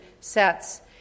sets